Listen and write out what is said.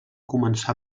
començà